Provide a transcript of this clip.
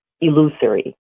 illusory